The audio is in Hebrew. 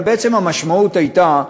אבל בעצם המשמעות הייתה: